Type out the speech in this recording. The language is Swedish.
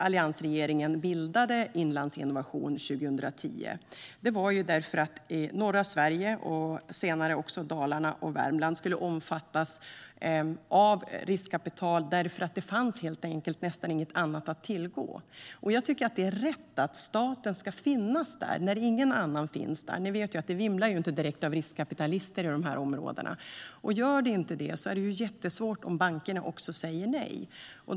Alliansregeringen bildade 2010 Inlandsinnovation för att norra Sverige och senare också Dalarna och Värmland skulle omfattas av riskkapital, eftersom det helt enkelt nästan inte fanns något annat att tillgå. Jag tycker att det är rätt att staten ska finnas där när ingen annan finns där. Som ni vet vimlar det ju inte direkt av riskkapitalister i de här områdena, och då är det jättesvårt om bankerna säger nej.